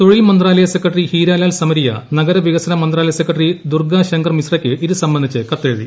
തൊഴിൽ മന്ത്രാലയ സെക്രട്ടറി ഹീരാലാൽ സമരിയ നഗരവികസന മന്ത്രാലയ സെക്രട്ടറി ദുർഗ ശങ്കർ മിശ്രയ്ക്ക് ഇത് സംബന്ധിച്ച് കത്തെഴുതി